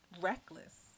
reckless